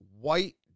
white